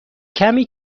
کمی